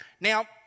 Now